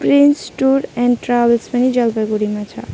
prince tour and travels पनि जलपाइगुडीमा छ